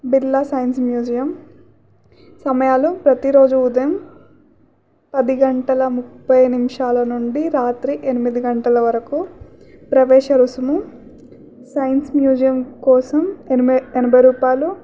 Birla science museum సమయాలు ప్రతిరోజు ఉదయం పది గంటల ముప్పై నిమిషాల నుండి రాత్రి ఎనిమిది గంటల వరకు ప్రవేశ రుసుము సైన్స్ మ్యూజియం కోసం ఎనభై ఎనభై రూపాయలు